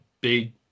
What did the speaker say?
big